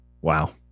wow